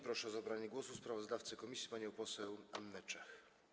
Proszę o zabranie głosu sprawozdawcę komisji panią poseł Annę Czech.